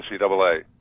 NCAA